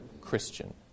Christian